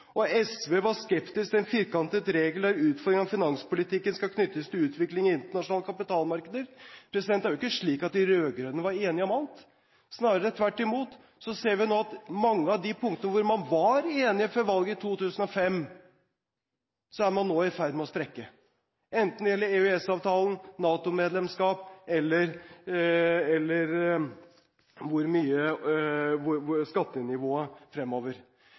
og SV var skeptisk til en firkantet regel der utføring av finanspolitikken skal knyttes til utviklingen i internasjonale kapitalmarkeder. Det er jo ikke slik at de rød-grønne var enige om alt – snarere tvert imot. Så ser vi nå at på mange av de punktene hvor man var enige før valget i 2005, er man nå i ferd med å sprekke – enten det gjelder EØS-avtalen, NATO-medlemskap eller hvor høyt skattenivået skal være fremover.